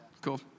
Cool